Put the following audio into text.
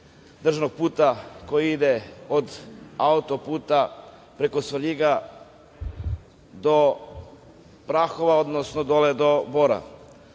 državnog puta koji ide od autoputa, preko Svrljiga do Prahova, dole do Bora.